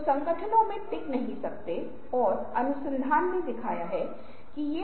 क्या मुझे छात्रों से प्रतिक्रिया के लिए जाना चाहिए